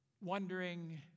wondering